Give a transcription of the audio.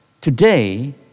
Today